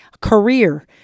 career